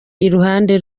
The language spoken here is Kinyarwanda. iruhande